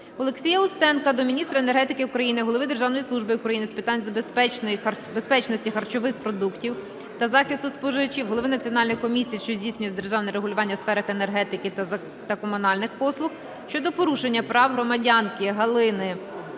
Олексія Устенка до міністра енергетики України, Голови Державної служби України з питань безпечності харчових продуктів та захисту споживачів, Голови Національної комісії, що здійснює державне регулювання у сферах енергетики та комунальних послуг щодо порушення прав громадянки Галини